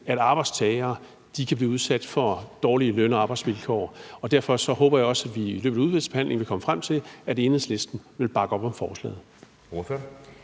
at arbejdstagere kan blive udsat for dårlige løn- og arbejdsvilkår, og derfor håber jeg også, at vi i løbet af udvalgsbehandlingen vil komme frem til, at Enhedslisten vil bakke op om forslaget.